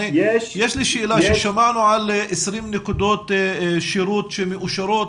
שמענו על 20 נקודות שירות שמאושרות,